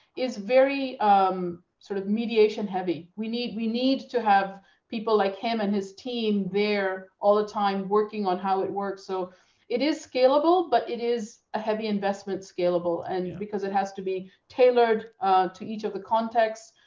is very um sort of mediation heavy. we need we need to have people like him and his team there all the time working on how it works. so it is scalable, but it is a heavy investment scalable, and because it has to be tailored to each of the contexts.